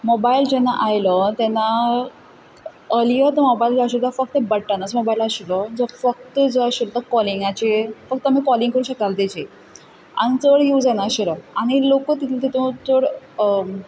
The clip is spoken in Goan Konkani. मोबायल जेन्ना आयलो तेन्ना अलियर तो मोबायलूत आशिल्लो फक्त ते बट्टनाचो मोबायल आशिल्लो जो फक्त जो आशिल्ल तो कॉलिंगाचे पूण तो मागीर कॉलींग करूं शकताल ताजेर हांगा चड यूज जायना आशिल्लो आनी लोकूत तितल तितू चड